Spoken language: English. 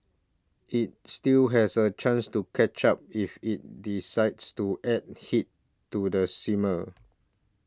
it still has a chance to catch up if it decides to add heat to the simmer